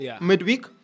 midweek